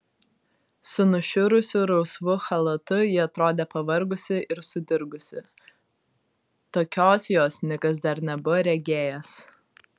su nušiurusiu rausvu chalatu ji atrodė pavargusi ir sudirgusi tokios jos nikas dar nebuvo regėjęs